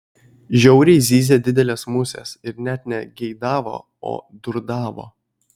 žiauriai zyzė didelės musės ir net ne geidavo o durdavo